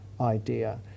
idea